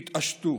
התעשתו,